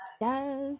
Yes